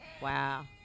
Wow